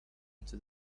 into